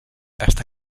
està